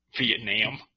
Vietnam